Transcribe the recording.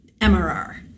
MRR